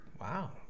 Wow